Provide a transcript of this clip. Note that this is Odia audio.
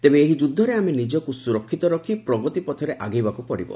ତେବେ ଏହି ଯୁଦ୍ଧରେ ଆମେ ନିଜକୁ ସୁରକ୍ଷିତ ରଖି ପ୍ରଗତିପଥରେ ଆଗେଇବାକୁ ପଡ଼ିବ